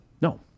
No